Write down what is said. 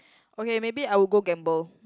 okay maybe I'll go gamble